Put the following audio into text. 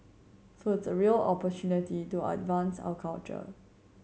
so the real opportunity to advance our culture